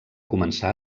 començar